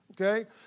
Okay